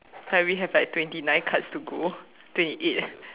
like we have like twenty nine cards to go twenty eight